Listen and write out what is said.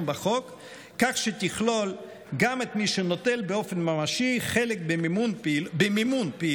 בחוק כך שתכלול גם את מי שנוטל באופן ממשי חלק במימון פעילות